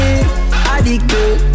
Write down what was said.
Addicted